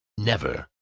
never,